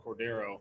Cordero